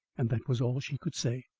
and that was all she could say.